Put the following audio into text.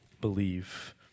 believe